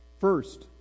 First